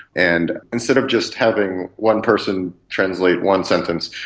and instead of just having one person translate one sentence,